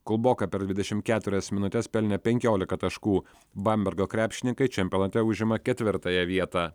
kulboka per dvidešim keturias minutes pelnė penkiolika taškų bambergo krepšininkai čempionate užima ketvirtąją vietą